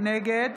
נגד